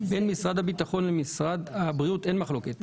בין משרד הביטחון למשרד הבריאות אין מחלוקת.